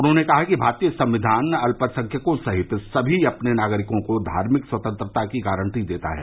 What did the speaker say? उन्होंने कहा कि भारतीय संविधान अत्यसंख्यकों सहित अपने सभी नागरिकों को धार्मिक स्वतंत्रता की गारटी देता है